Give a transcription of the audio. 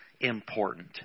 important